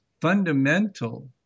fundamental